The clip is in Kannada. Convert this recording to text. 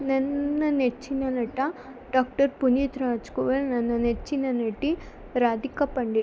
ನನ್ನ ನೆಚ್ಚಿನ ನಟ ಡಾಕ್ಟರ್ ಪುನೀತ್ ರಾಜಕುಮಾರ್ ನನ್ನ ನೆಚ್ಚಿನ ನಟಿ ರಾಧಿಕಾ ಪಂಡಿತ್